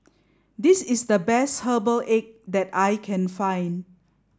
this is the best herbal egg that I can find